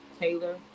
Taylor